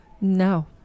No